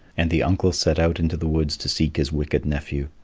and the uncle set out into the woods to seek his wicked nephew,